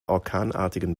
orkanartigen